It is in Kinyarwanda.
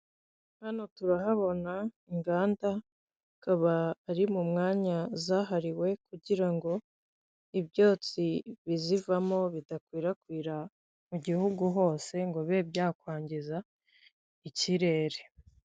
Umuhanda harimo imodoka ndetse n'abagenzi bari gukoresha inzira yagenewe abanyamaguru. Inyubako zubatse mu buryo butandukanye, hari ibyuma biriho insinga zitwara umuriro w'amashanyarazi.